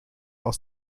aus